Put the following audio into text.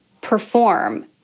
perform